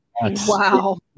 wow